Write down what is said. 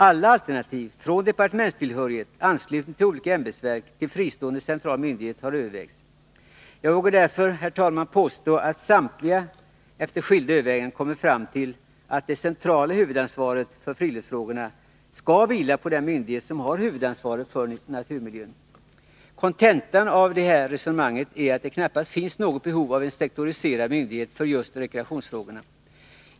Alla alternativ — från departementstillhörighet, anslutning till olika ämbetsverk, till fristående central myndighet — har övervägts. Jag vågar därför, herr talman, påstå att samtliga, efter skilda överväganden, kommit fram till att det centrala huvudansvaret för friluftsfrågorna skall vila på den myndighet som har huvudansvaret för naturmiljön. Kontentan av ovanstående resonemang är att det knappast finns något behov av en sektoriserad myndighet för just rekreationsfrågor.